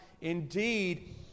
indeed